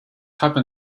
happen